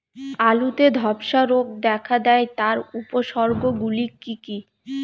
আলুতে ধ্বসা রোগ দেখা দেয় তার উপসর্গগুলি কি কি?